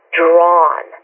drawn